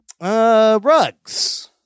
Rugs